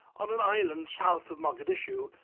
on an island south of mogadishu,